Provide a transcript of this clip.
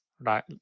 right